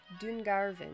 Dungarvan